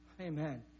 Amen